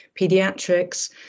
pediatrics